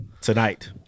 tonight